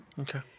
Okay